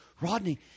Rodney